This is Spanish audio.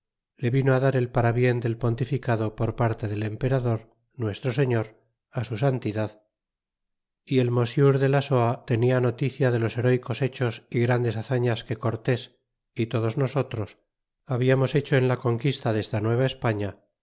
vino dar el parabien del pouticado por parte del emperador nuestro señor alsu santidad y el mosiur de lasoa tenia noticie de los heroycos hechos y grandes hazañas que cors y todos nosotros habiamos hecho en la conr quiste desta